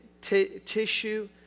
tissue